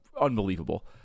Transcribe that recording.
unbelievable